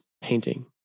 painting